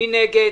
מי נגד?